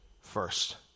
first